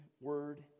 word